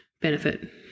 benefit